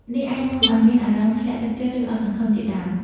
នេះអាចនាំឱ្យមានអារម្មណ៍ធ្លាក់ទឹកចិត្ត ឬអស់សង្ឃឹមជាដើម។